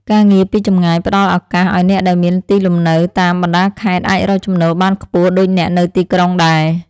ការងារពីចម្ងាយផ្តល់ឱកាសឱ្យអ្នកដែលមានទីលំនៅតាមបណ្តាខេត្តអាចរកចំណូលបានខ្ពស់ដូចអ្នកនៅទីក្រុងដែរ។